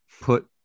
put